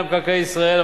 מינהל מקרקעי ישראל,